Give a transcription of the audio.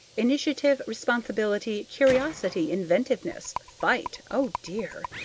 initiative, responsibility, curiosity, inventiveness, fight oh dear!